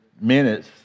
minutes